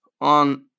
on